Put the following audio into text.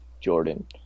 Jordan